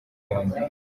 yombi